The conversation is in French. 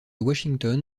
washington